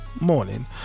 Morning